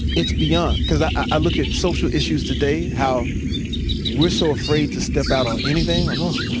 it's beyond. because i i look at social issues today, how we're so afraid to step out on anything. like oh,